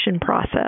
process